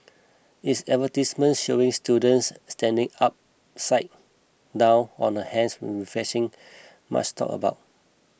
its advertisements showing students standing upside down on their hands were refreshing much talked about